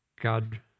God